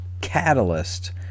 catalyst